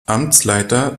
amtsleiter